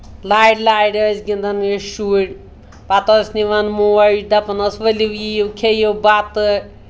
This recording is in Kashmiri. لارِ لارِ ٲسۍ گِنٛدَان ٲسۍ شُرۍ پَتہٕ ٲسۍ نِوان موج دَپان ٲس ؤلِو یِیو کھیٚیِو بَتہٕ